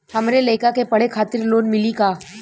हमरे लयिका के पढ़े खातिर लोन मिलि का?